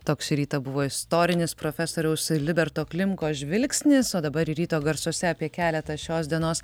toks šį rytą buvo istorinis profesoriaus liberto klimkos žvilgsnis o dabar ryto garsuose apie keletą šios dienos